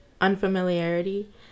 unfamiliarity